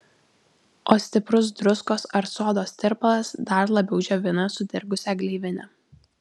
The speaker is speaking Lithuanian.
o stiprus druskos ar sodos tirpalas dar labiau džiovina sudirgusią gleivinę